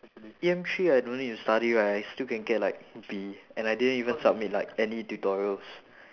E M three I don't need to study right I still can get like B and I didn't even submit like any tutorials